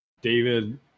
David